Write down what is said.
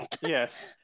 Yes